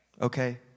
Okay